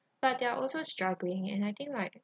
but they are also struggling and I think like